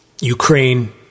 Ukraine